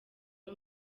ari